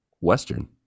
Western